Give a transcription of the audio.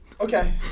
Okay